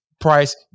price